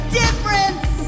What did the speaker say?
difference